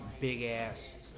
big-ass